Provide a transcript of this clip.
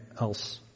else